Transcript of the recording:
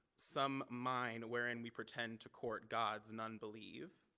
some mine wherein we pretend to court gods and unbeliev